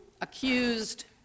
Accused